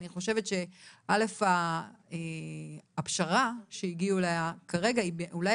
אני חושבת שדבר ראשון הפשרה שהגיעו אליה כרגע היא אולי